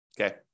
Okay